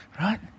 right